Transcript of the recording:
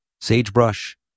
sagebrush